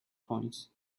coins